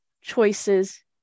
choices